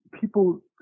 people